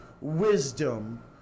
wisdom